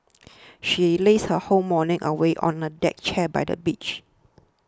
she lazed her whole morning away on a deck chair by the beach